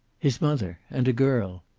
his mother. and a girl.